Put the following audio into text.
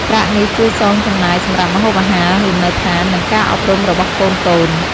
ប្រាក់នេះជួយសងចំណាយសម្រាប់ម្ហូបអាហារ លំនៅដ្ឋាន និងការអប់រំរបស់កូនៗ។